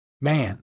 Man